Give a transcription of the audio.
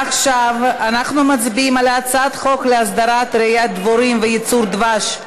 עכשיו אנחנו מצביעים על הצעת חוק להסדרת רעיית דבורים וייצור דבש,